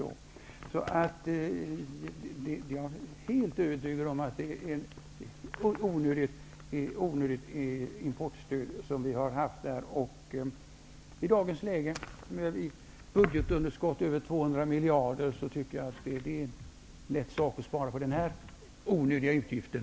Jag är helt övertygad om att importstödet har varit onödigt. I dagens läge med ett budgetunderskott på över 200 miljarder kronor är det lätt att spara på den onödiga utgiften.